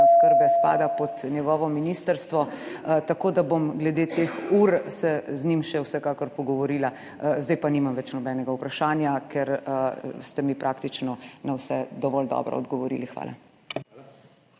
oskrbe spada pod njegovo ministrstvo, tako da se bom glede teh ur z njim še vsekakor pogovorila. Zdaj pa nimam več nobenega vprašanja, ker ste mi praktično na vse dovolj dobro odgovorili. Hvala.